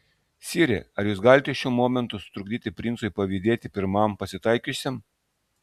sire ar jūs galite šiuo momentu sutrukdyti princui pavydėti pirmam pasitaikiusiam